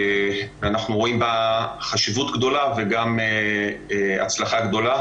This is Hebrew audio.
ואנחנו רואים בה חשיבות גדולה וגם הצלחה גדולה.